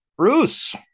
Bruce